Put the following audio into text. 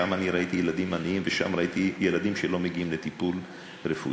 שם אני ראיתי ילדים עניים ושם אני ראיתי ילדים שלא מגיעים לטיפול רפואי.